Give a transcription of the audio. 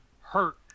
hurt